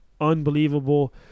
unbelievable